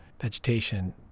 vegetation